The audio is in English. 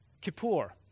Kippur